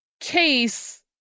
case